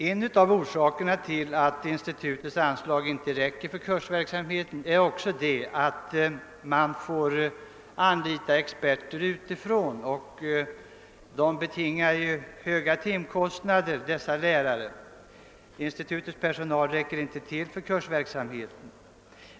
En av orsakerna till att institutets anslag inte förslår för kursverksamheten är att experter utifrån måste anlitas, vilket medför höga timkostnader. Institutets personal räcker nämligen inte till för kursverksamheten.